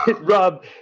Rob